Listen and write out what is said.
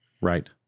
Right